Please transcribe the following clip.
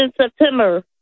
September